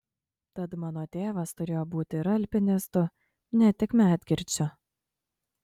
tad mano tėvas turėjo būti ir alpinistu ne tik medkirčiu